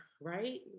right